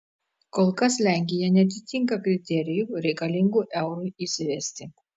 kol kas lenkija neatitinka kriterijų reikalingų eurui įsivesti